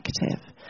effective